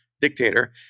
dictator